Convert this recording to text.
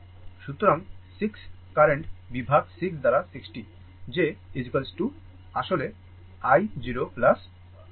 সুতরাং 6 কারেন্ট বিভাগ 6 দ্বারা 60 যে আসলে i 0